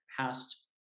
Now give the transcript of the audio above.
past